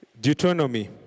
Deuteronomy